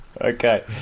Okay